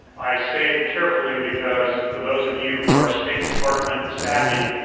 i say it carefully because for those of you who are state department savvy,